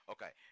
Okay